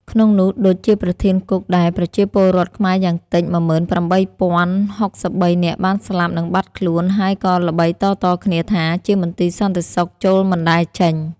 ក្នុងនោះ ឌុច ជាប្រធានគុក ដែលប្រជាពលរដ្ឋខ្មែរយ៉ាងតិច ១៨០៦៣នាក់បានស្លាប់ និងបាត់ខ្លួនហើយក៏ល្បីតៗគ្នាថា ជាមន្ទីរសន្តិសុខ ចូលមិនដែលចេញ។